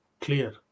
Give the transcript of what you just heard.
clear